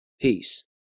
Peace